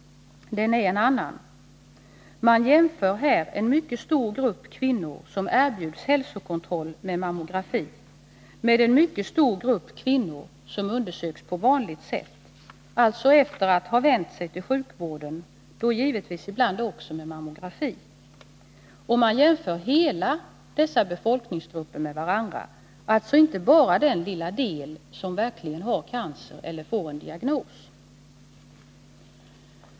Den är en annan. Man jämför här en mycket stor grupp kvinnor som erbjuds hälsokontroll med mammografi med en mycket stor grupp kvinnor som undersökts på vanligt sätt, alltså efter att ha vänt sig till sjukvården — då givetvis ibland också med mammografi. Och man jämför hela dessa befolkningsgrupper med varandra, alltså inte bara den lilla del som verkligen har cancer eller får en diagnos.